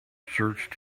search